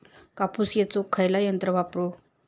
कापूस येचुक खयला यंत्र वापरू?